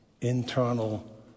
Internal